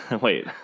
Wait